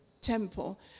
temple